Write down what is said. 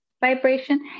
vibration